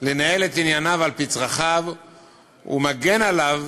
לנהל את ענייניו על-פי צרכיו ומגן עליו